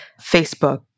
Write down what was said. Facebook